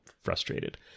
frustrated